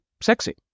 sexy